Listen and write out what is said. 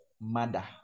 mother